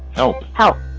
help help.